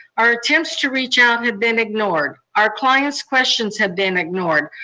our attempts to reach out had been ignored. our clients' questions had been ignored.